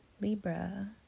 Libra